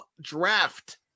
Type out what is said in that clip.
draft